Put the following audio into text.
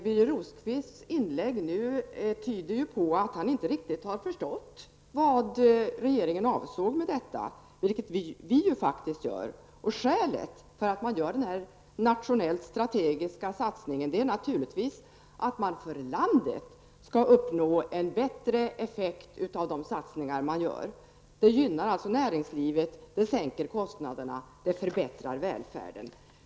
Birger Rosqvists inlägg nu tyder på att han inte riktigt förstår vad regeringen avsåg med detta, vilket vi ju faktiskt gör. Skälet till att man gör den här nationellt strategiska satsningen är naturligtvis att man för landet skall uppnå en bättre effekt. Det gynnar näringslivet, det sänker kostnaderna, det förbättrar välfärden.